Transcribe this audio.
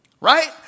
Right